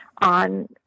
on